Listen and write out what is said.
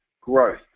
growth